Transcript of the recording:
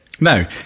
no